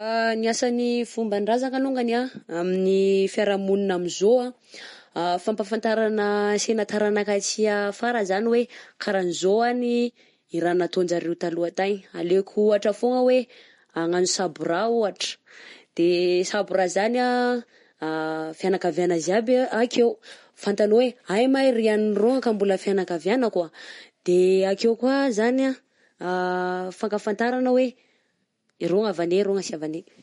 Ny asan'ny fomban-drazana alongany a amin'ny fiarahamonina amzao fampahafantarana ansena ny taranaka aty afara zany hoe karanzao ny raha nataon-jareo taloha tagny alaiko ohatra fôgna oe, agnano saboraha ohatra, de saboraha zany fiagnakaviagna jiaby akeo, fantanao hoe ay ma ry ianona rony kô mbola fiagnakaviagnako de akeo koa zany fankafatarana hoe irô havanay rô na sy avanay.